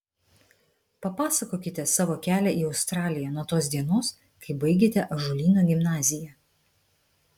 papasakokite savo kelią į australiją nuo tos dienos kai baigėte ąžuolyno gimnaziją